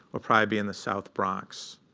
ah probably in the south bronx.